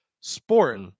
Sport